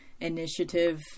initiative